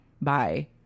Bye